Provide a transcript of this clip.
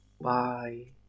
bye